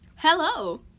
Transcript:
Hello